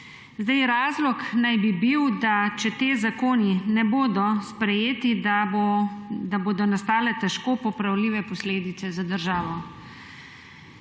Razlog naj bi bil, da bodo, če ti zakoni ne bodo sprejeti, nastale težko popravljive posledice za državo.